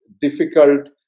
difficult